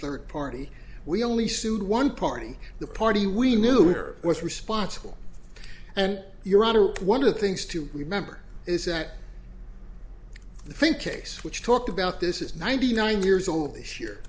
third party we only sued one party the party we knew or was responsible and your honor one of the things to remember is that the fink case which talked about this is ninety nine years old this year